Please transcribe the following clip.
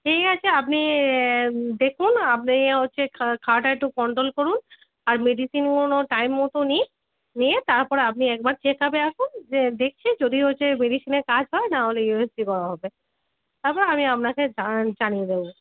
ঠিক আছে আপনি দেখুন আপনি হচ্ছে খাওয়াটা একটু কন্ট্রোল করুন আর মেডিসিনগুলো টাইম মতো নিন নিয়ে তারপর আপনি একবার চেক আপে আসুন যে দেখছি যদি হচ্ছে মেডিসিনে কাজ হয় নাহলে ইউ এস জি করা হবে তারপর আমি আপনাকে জা জানিয়ে দেবো